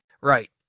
Right